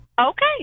Okay